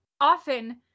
often